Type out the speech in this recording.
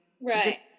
right